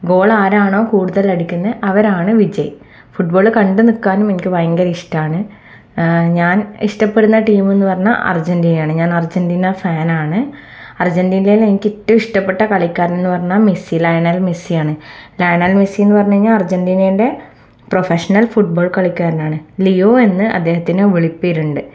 ഗോളാരാണോ കൂടുതൽ അടിക്കുന്നത് അവരാണ് വിജയ് ഫുട്ബോള് കണ്ട് നിൽക്കാനും എനിക്ക് ഭയങ്കര ഇഷ്ടമാണ് ഞാൻ ഇഷ്ടപ്പെടുന്ന ടീമ്ന്ന് പറഞ്ഞാൽ അർജൻറ്റീനയാണ് ഞാൻ അർജൻറ്റീന ഫാനാണ് അർജൻറ്റീനയിൽ എനിക്ക് എറ്റോം ഇഷ്ടപ്പെട്ട കളിക്കാരൻന്ന് പറഞ്ഞാൽ മെസ്സി ലയണൽ മെസ്സിയാണ് ലയണൽ മെസ്സിന്ന് പറഞ്ഞ് കഴിഞ്ഞാൽ അർജൻറ്റീനേൻ്റെ പ്രൊഫഷണൽ ഫുട്ബോൾ കളിക്കാരനാണ് ലിയോ എന്ന് അദ്ദേഹത്തിന് വിളിപ്പേരുണ്ട്